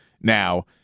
Now